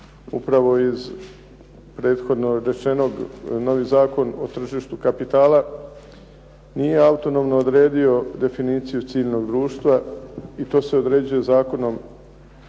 upravo iz prethodno rečenog novi Zakon o tržištu kapitala nije autonomno odredio definiciju civilnog društva i to se određuje Zakonom